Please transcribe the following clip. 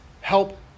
help